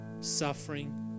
suffering